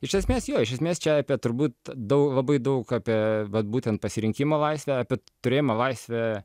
iš esmės jo iš esmės čia turbūt daug labai daug apie vat būtent pasirinkimo laisvę apie turėjimo laisvę